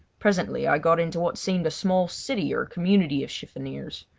presently i got into what seemed a small city or community of chiffoniers.